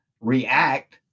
react